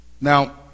Now